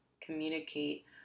communicate